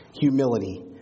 humility